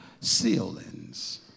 ceilings